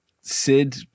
Sid